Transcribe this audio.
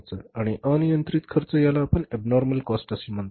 आणि अनियंत्रित खर्च याला आपण ऍबनॉर्मल कॉस्ट असे म्हणतो